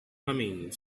humming